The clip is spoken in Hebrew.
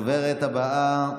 הדוברת הבאה,